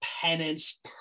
penance